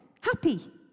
happy